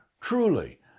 Truly